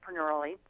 entrepreneurially